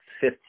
fifth